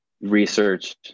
research